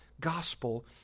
gospel